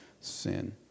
sin